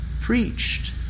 preached